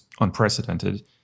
unprecedented